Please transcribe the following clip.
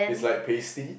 it's like pasty